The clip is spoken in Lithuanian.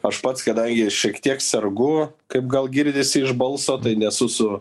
aš pats kadangi šiek tiek sergu kaip gal girdisi iš balso tai nesu